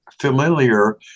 familiar